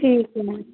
ਠੀਕ ਹੈ ਜੀ